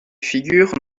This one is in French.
figurent